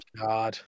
God